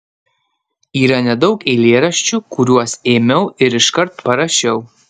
yra nedaug eilėraščių kuriuos ėmiau ir iškart parašiau